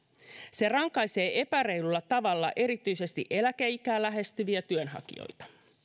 se rankaisee epäreilulla tavalla erityisesti eläkeikää lähestyviä työnhakijoita